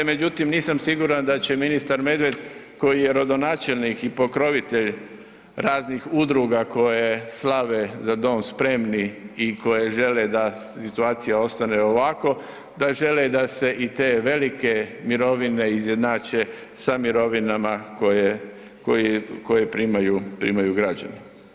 Međutim, nisam siguran da će ministar Medved koji je rodonačelnik i pokrovitelj raznih udruga koje slave „Za dom spremni“ i koje žele da situacija ostane ovako, da žele da se i te velike mirovine izjednače sa mirovinama koje, koji, koje primaju, primaju građani.